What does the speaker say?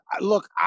look